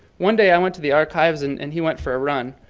one day, i went to the archives and and he went for a run.